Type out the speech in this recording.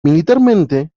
militarmente